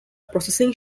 processing